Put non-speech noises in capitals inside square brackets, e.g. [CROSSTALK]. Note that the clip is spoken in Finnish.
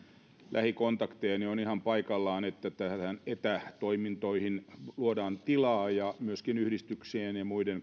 lähikontakteja on ihan paikallaan että etätoimintoihin luodaan tilaa ja myöskin yhdistyksien ja muiden [UNINTELLIGIBLE]